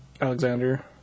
Alexander